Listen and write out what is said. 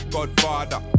Godfather